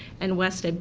and west, ah